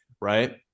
Right